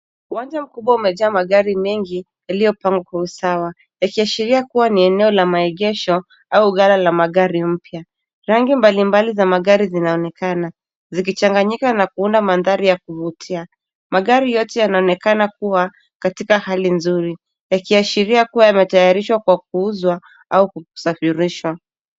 Uwanja mkubwa umejaa magari mengi yaliyopangwa kwa usawa yakiashiria kuwa ni eneo la maegesho au ghala la magari mpya, rangi mbalimbali za magari zinaonekana zikichanganyika na kuona mandhari ya kuvutia magari yote yanaonekana kuwa katika hali nzuri yakiashiria kuwa ya matayarisho kwa kuuzwa au kusafirishwa.